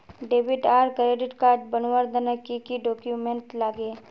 Debit आर credit card बनवार तने की की डॉक्यूमेंट लागे?